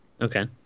Okay